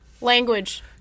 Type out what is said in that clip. Language